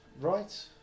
right